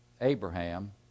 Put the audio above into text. Abraham